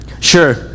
Sure